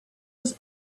was